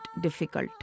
difficult